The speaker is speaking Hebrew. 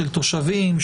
של תושבים,